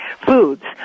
foods